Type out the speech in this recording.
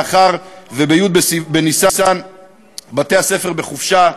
מאחר שבי' בניסן בתי-הספר בחופשה.